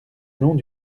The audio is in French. long